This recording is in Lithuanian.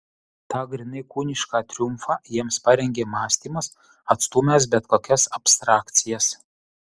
tą grynai kūnišką triumfą jiems parengė mąstymas atstūmęs bet kokias abstrakcijas